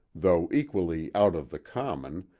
though equally out of the common,